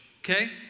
okay